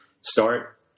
start